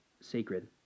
sacred